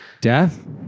death